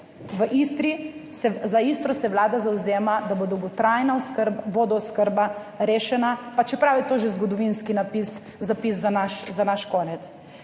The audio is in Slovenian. več. Za Istro se Vlada zavzema, da bo dolgotrajna vodooskrba rešena, pa čeprav je to že zgodovinski zapis za naš konec.